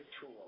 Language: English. tool